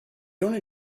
only